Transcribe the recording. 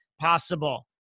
possible